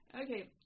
Okay